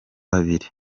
babiri